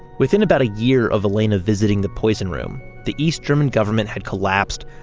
within about a year of elena visiting the poison room, the east german government had collapsed,